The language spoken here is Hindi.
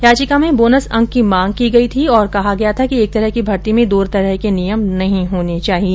याचिका में बोनस अंक की मांग की गई थी और कहा गया था कि एक तरह की भर्ती में दो तरह के नियम नहीं होने चाहिए